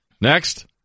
Next